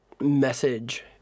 message